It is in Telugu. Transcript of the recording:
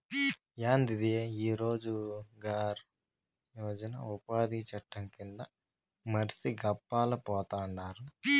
యాందిది ఈ రోజ్ గార్ యోజన ఉపాది చట్టం కింద మర్సి గప్పాలు పోతండారు